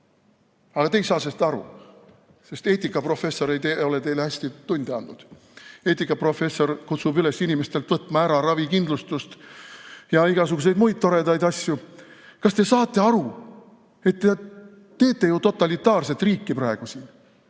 Aga te ei saa sellest aru, sest eetikaprofessor ei ole teile hästi tunde andnud. Eetikaprofessor kutsub üles inimestelt võtma ära ravikindlustust ja igasuguseid muid toredaid asju. Kas te saate aru, et te teete ju totalitaarset riiki praegu siin?